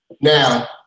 Now